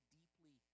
deeply